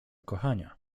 kochania